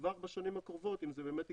וכבר בשנים הקרובות, אם זה באמת יקרה,